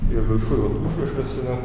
ir viršuj vat užrašas yra